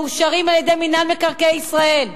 מאושרים על-ידי מינהל מקרקעי ישראל,